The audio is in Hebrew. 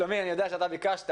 שלומי, אני יודע אתה שביקשת.